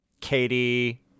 katie